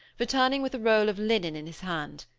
returning with a roll of linen in his hand.